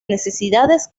necesidades